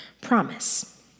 promise